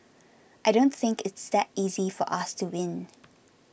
I don't think it's that easy for us to win